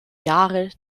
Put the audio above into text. jahre